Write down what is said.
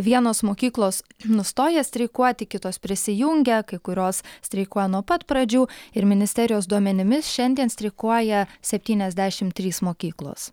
vienos mokyklos nustoja streikuoti kitos prisijungia kai kurios streikuoja nuo pat pradžių ir ministerijos duomenimis šiandien streikuoja sptyniasdešimt trys mokyklos